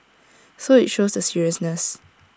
so IT shows the seriousness